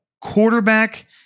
quarterback